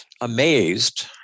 amazed